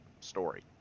story